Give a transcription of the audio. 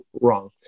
wrong